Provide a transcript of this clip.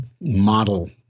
model